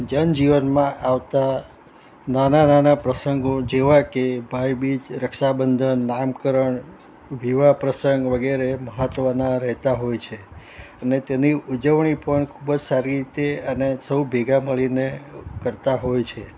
જન જીવનમાં આવતા નાના નાના પ્રંસગો જેવા કે ભાઈ બીજ રક્ષા બંધન નામકરણ વિવાહ પ્રંસગ વગેરે મહત્વના રહેતા હોય છે અને તેની ઉજવણી પણ ખૂબજ સારી રીતે અને સૌ ભેગા મળીને કરતાં હોય છે